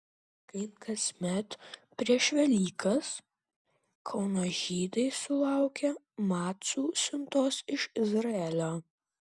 kaip kasmet prieš velykas kauno žydai sulaukė macų siuntos iš izraelio